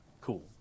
Cool